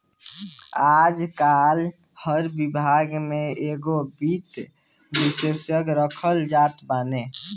आजकाल हर विभाग में एगो वित्त विशेषज्ञ रखल जात बाने